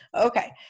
Okay